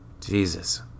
Jesus